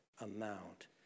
amount